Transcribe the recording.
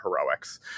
heroics